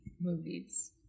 movies